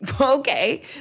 okay